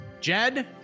Jed